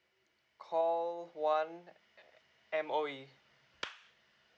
call one M_O_E